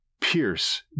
Pierce